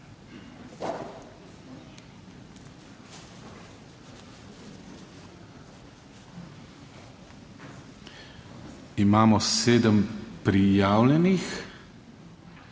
Imamo sedem prijavljenih,